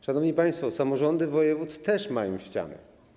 Szanowni państwo, samorządy województw też mają ściany.